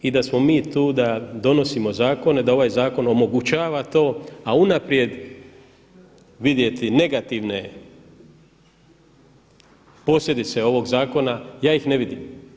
I da smo mi tu da donosimo zakone, da ovaj zakon omogućava to a unaprijed vidjeti negativne posljedice ovog zakona, ja ih ne vidim.